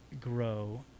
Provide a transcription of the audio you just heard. grow